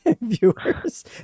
viewers